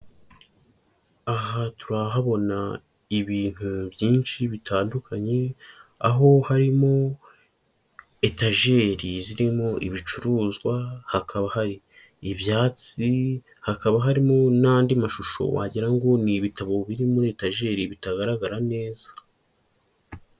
Aha turahabona ibintu byinshi bitandukanye; aho harimo etajeri zirimo ibicuruzwa; hakaba hari ibyatsi; hakaba harimo n'andi mashusho wagirango ngo ni ibitabo biri muri etajeri bitagaragara neza.